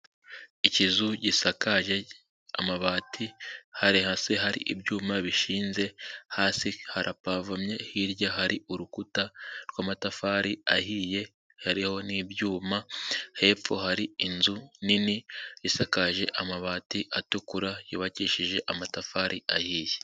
Ikizu gisakaje amabati hari hasi hari ibyuma bishinze hasi harapavomye hirya hari urukuta rw'amatafari ahiye hariho n'ibyuma hepfo hari inzu nini isakaje amabati atukura yubakishije amatafari ahiye.